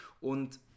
Und